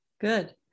Good